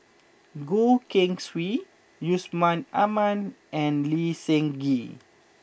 Goh Keng Swee Yusman Aman and Lee Seng Gee